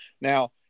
Now